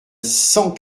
cent